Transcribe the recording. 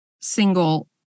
single